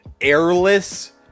airless